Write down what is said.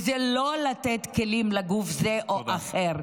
לא לתת כלים לגוף זה או אחר.